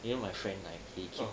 you know my friend like he keep